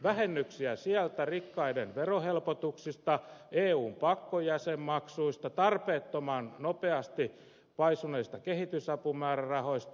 vähennyksiä sieltä rikkaiden verohelpotuksista eun pakkojäsenmaksuista tarpeettoman nopeasti paisuneista kehitysapumäärärahoista